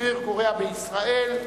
שגריר קוריאה בישראל.